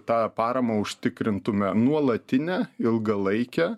tą paramą užtikrintume nuolatinę ilgalaikę